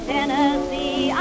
Tennessee